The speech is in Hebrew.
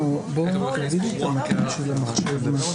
ולא הייתה מטעמה הנחיה להפסיק את הדיון.